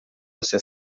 você